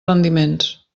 rendiments